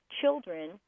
children